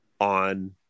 on